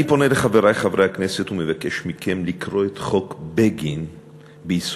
אני פונה אל חברי חברי הכנסת ומבקש מכם לקרוא את חוק בגין ביסודיות,